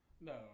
No